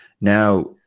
Now